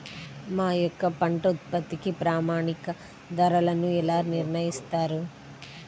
మా యొక్క పంట ఉత్పత్తికి ప్రామాణిక ధరలను ఎలా నిర్ణయిస్తారు?